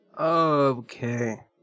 Okay